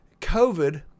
COVID